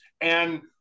And-